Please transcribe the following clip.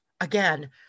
Again